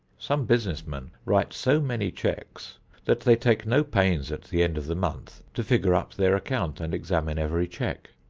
some business men write so many checks that they take no pains at the end of the month to figure up their account and examine every check,